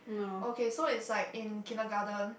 okay so it's like in kindergarten